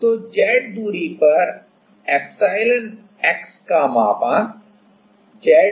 तो Z दूरी पर εx का मापांक Z ρ है